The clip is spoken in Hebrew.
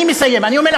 אני מסיים.